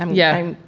um yeah.